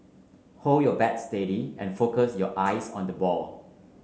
hold your bat steady and focus your eyes on the ball